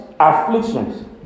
afflictions